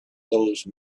those